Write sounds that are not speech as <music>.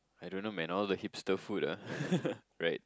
I don't know man all the hipster food ah <laughs> right